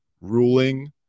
ruling